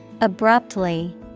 Abruptly